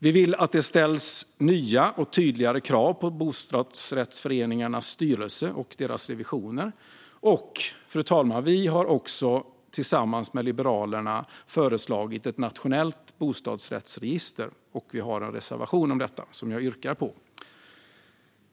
Vi vill att det ställs nya och tydligare krav på bostadsrättsföreningarnas styrelser och revisorer. Vi har också, tillsammans med Liberalerna, föreslagit ett nationellt bostadsrättsregister, och vi har en reservation om detta som jag yrkar bifall till.